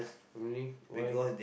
how many why